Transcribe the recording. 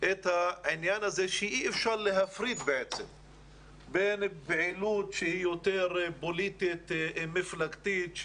את העניין הזה שאי אפשר להפריד בין פעילות שהיא יותר פוליטית מפלגתית,